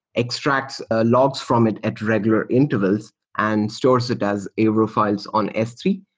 extracts logs from it at regular intervals and stores it as avro files on s three.